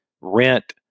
rent